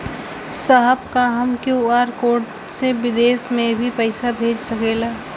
साहब का हम क्यू.आर कोड से बिदेश में भी पैसा भेज सकेला?